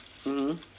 mmhmm